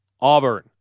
Auburn